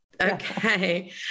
okay